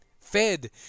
fed